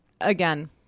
again